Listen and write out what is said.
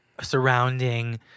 surrounding